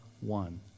one